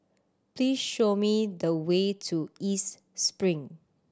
please show me the way to East Spring